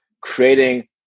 creating